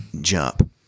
jump